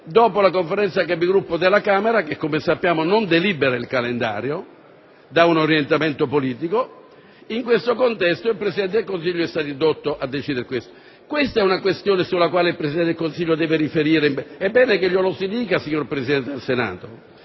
dopo la Conferenza dei Capigruppo della Camera - che, come sappiamo, non delibera il calendario, dà un orientamento politico - il Presidente del Consiglio è stato indotto a decidere in tal senso. È una questione sulla quale il Presidente del Consiglio deve riferire, è bene che glielo si dica, signor Presidente del Senato.